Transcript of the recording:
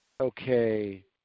Okay